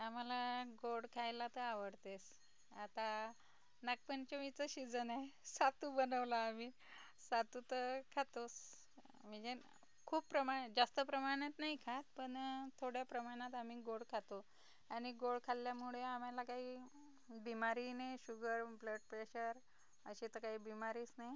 आम्हाला गोड खायला तर आवडतेच आता नागपंचमीचं शिजन आहे सातू बनवलं आम्ही सातू तर खातोच म्हणजे खूप प्रमाण जास्त प्रमाणात नाही खात पण थोड्या प्रमाणात आम्ही गोड खातो आणि गोड खाल्ल्यामुळे आम्हाला काही बिमारी नाही शुगर ब्लड प्रेशर असे तर काही बिमारीच नाही